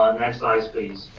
um next slide, please.